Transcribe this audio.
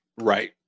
right